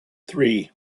three